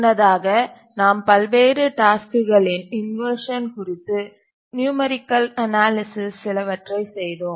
முன்னதாக நாம் பல்வேறு டாஸ்க்குகளின் இன்வர்ஷன் குறித்து நியூமரிகள் அனாலிசிஸ் சிலவற்றை செய்தோம்